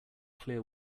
clear